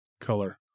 color